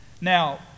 Now